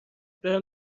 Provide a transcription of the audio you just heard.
برم